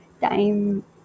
time